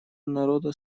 народа